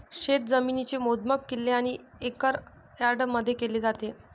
शेतजमिनीचे मोजमाप किल्ले आणि एकर यार्डमध्ये केले जाते